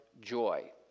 joy